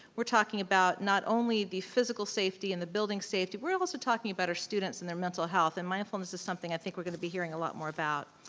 we're talking about not only the physical safety and the building safety. we're also talking about our students and their mental health. and mindfulness is something i think we're gonna be hearing a lot more about.